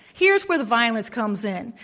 here's where the violence comes in.